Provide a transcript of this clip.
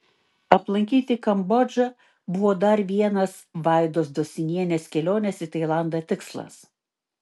aplankyti kambodžą buvo dar vienas vaidos dosinienės kelionės į tailandą tikslas